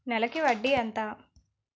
నెలకి వడ్డీ ఎంత?